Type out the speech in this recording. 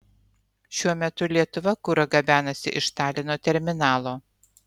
šiuo metu lietuva kurą gabenasi iš talino terminalo